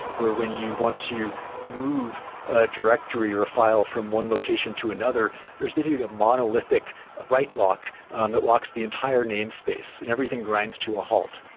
where when you want to move a directory or a file from one location to another, there's basically a monolithic write-lock and that locks the entire namespace and everything grinds to a halt.